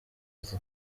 ati